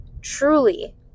truly